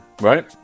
Right